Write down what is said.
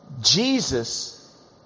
Jesus